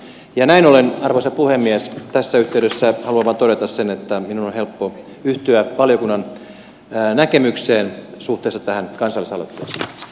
ja näin ollen arvoisa puhemies tässä yhteydessä haluan vain todeta sen että minun on helppo yhtyä valiokunnan näkemykseen suhteessa tähän kansalaisaloitteeseen